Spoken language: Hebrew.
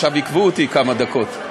עכשיו עיכבו אותי כמה דקות.